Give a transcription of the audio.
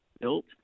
built